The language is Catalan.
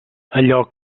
allò